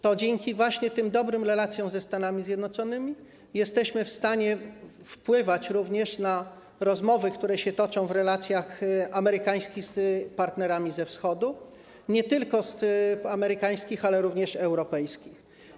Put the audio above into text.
To właśnie dzięki tym dobrym relacjom ze Stanami Zjednoczonymi jesteśmy w stanie wpływać również na rozmowy, które się toczą w relacjach amerykańskich z partnerami ze Wschodu, nie tylko amerykańskich, ale również europejskich.